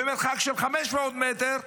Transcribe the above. במרחק של 500 מטר,